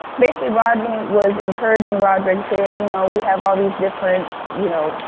basically, rodney was encouraging rodrick, saying you know, we have all these different you know,